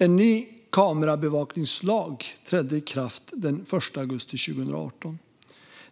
En ny kamerabevakningslag trädde i kraft den 1 augusti 2018.